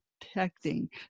protecting